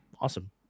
awesome